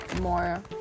more